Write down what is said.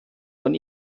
von